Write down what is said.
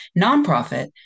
nonprofit